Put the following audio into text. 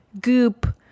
goop